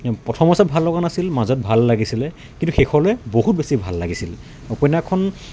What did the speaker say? প্ৰথম অৱস্থাত ভাল লগা নাছিল মাজত ভাল লাগিছিলে কিন্তু শেষলৈ বহুত বেছি ভাল লাগিছিল উপন্যাসখন